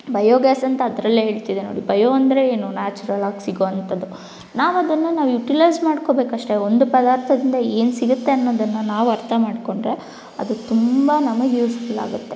bio gas ಅಂತ ಅದರಲ್ಲೇ ಹೇಳ್ತಿದೆ ನೋಡಿ ಬಯೋ ಅಂದರೆ ಏನು ನ್ಯಾಚುರಲ್ಲಾಗಿ ಸಿಗೋವಂಥದ್ದು ನಾವು ಅದನ್ನು ನಾವು ಯುಟಿಲೈಝ್ ಮಾಡ್ಕೊಬೇಕಷ್ಟೇ ಒಂದು ಪದಾರ್ಥದಿಂದ ಏನು ಸಿಗುತ್ತೆ ಅನ್ನೋದನ್ನು ನಾವು ಅರ್ಥ ಮಾಡ್ಕೊಂಡ್ರೆ ಅದು ತುಂಬ ನಮಗೆ ಯೂಸ್ಫುಲ್ಲಾಗುತ್ತೆ